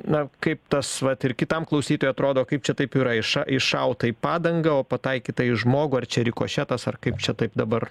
na kaip tas vat ir kitam klausytojui atrodo kaip čia taip yra iša iššauta į padangą o pataikyta į žmogų ar čia rikošetas ar kaip čia taip dabar